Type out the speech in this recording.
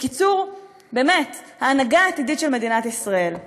בקיצור, באמת, ההנהגה העתידית של מדינת ישראל.